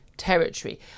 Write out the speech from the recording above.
territory